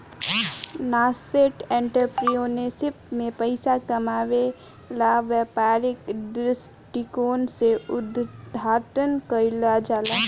nascent entrepreneurship में पइसा कामायेला व्यापारिक दृश्टिकोण से उद्घाटन कईल जाला